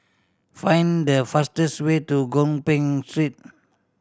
find the fastest way to Gopeng Street